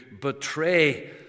betray